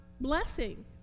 blessing